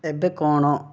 ଏବେ କ'ଣ